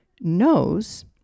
knows